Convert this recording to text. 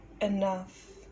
enough